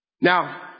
Now